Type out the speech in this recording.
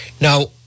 Now